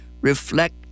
reflect